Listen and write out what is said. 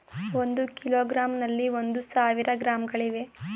ಒಂದು ಕಿಲೋಗ್ರಾಂನಲ್ಲಿ ಒಂದು ಸಾವಿರ ಗ್ರಾಂಗಳಿವೆ